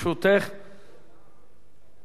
בבקשה.